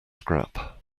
scrap